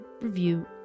review